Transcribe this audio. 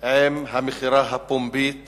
עם המכירה הפומבית